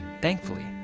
thankfully,